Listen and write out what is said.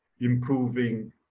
improving